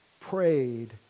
prayed